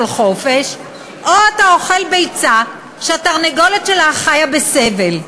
חופש או שאתה אוכל ביצה של תרנגולת שחיה בסבל.